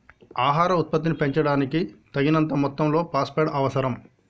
ఆహార ఉత్పత్తిని పెంచడానికి, తగినంత మొత్తంలో ఫాస్ఫేట్ అవసరం